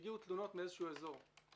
שהגיעו תלונת מאזור כלשהו.